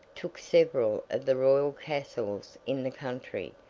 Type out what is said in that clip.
took several of the royal castles in the country,